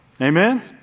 Amen